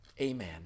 Amen